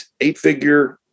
eight-figure